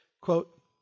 Quote